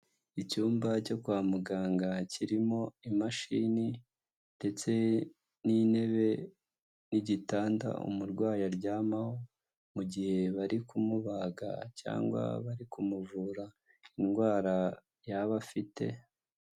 Icyumba cyo kwa muganga, kirimo imashini ndetse n'intebe, n'igitanda umurwayi aryamaho mu gihe bari kumubaga, cyangwa bari kumuvura indwara yaba afite.